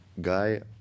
guy